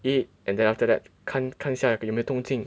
eat and then after that 看看一下有没有动静